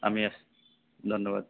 আমি আসছি ধন্যবাদ